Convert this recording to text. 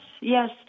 yes